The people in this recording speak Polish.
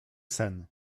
sen